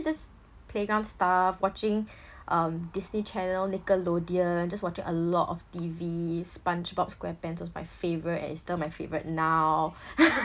just playground stuff watching um disney channel nickelodeon just watching a lot of T_V spongebob square pants was my favourite and still my favourite now